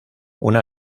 una